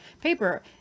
paper